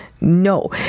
no